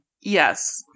Yes